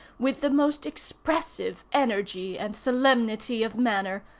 with the most expressive energy and solemnity of manner,